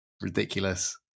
Ridiculous